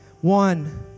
One